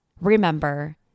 remember